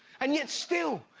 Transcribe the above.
and yet still,